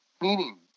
meaning